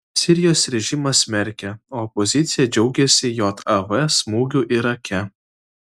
sirijos režimas smerkia o opozicija džiaugiasi jav smūgiu irake